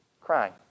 crying